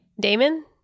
Damon